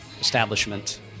establishment